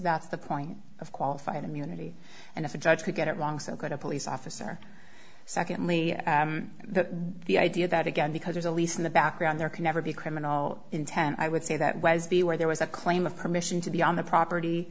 that's the point of qualified immunity and if a judge could get it wrong so could a police officer secondly that the idea that again because there's a lease in the background there can never be criminal intent i would say that was the where there was a claim of permission to be on the property